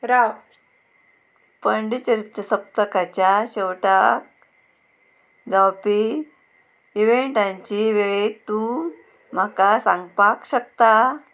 राव पंडचेरीच्या सप्तकाच्या शेवटाक जावपी इव्हेंटांची वेळेर तूं म्हाका सांगपाक शकता